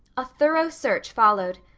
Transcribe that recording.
a thorough search followed.